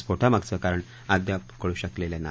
स्फोटामागचं कारण अद्याप कळू शकलेलं नाही